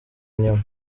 nyuma